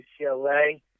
UCLA